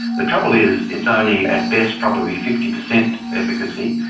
the trouble is it's only at best probably fifty percent efficacy,